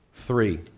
Three